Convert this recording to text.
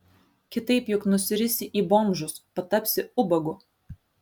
kitaip juk nusirisi į bomžus patapsi ubagu